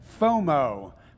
FOMO